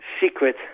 secret